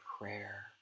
prayer